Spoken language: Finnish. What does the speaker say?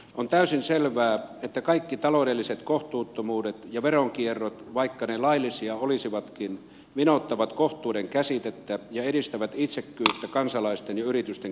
on täysin selvää että kaikki taloudelliset kohtuuttomuudet ja veronkierrot vaikka ne laillisia olisivatkin vinouttavat kohtuuden käsitettä ja edistävät itsekkyyttä kansalaisten ja yritysten keskuudessa